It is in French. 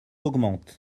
augmentent